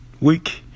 week